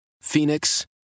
Phoenix